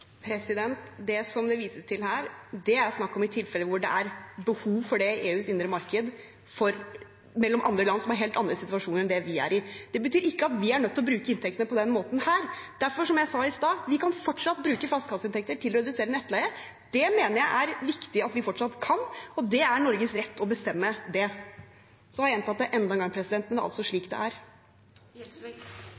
Det som det vises til her, er snakk om i tilfeller hvor det er behov for det i EUs indre marked mellom andre land som er i helt andre situasjoner enn det vi er i. Det betyr ikke at vi er nødt til å bruke inntektene på denne måten. Derfor, som jeg sa i stad, kan vi fortsatt bruke flaskehalsinntekter til å redusere nettleie. Det mener jeg er viktig at vi fortsatt kan, og det er Norges rett å bestemme det. Så har jeg gjentatt det enda en gang, men det er slik det er. Det er også slik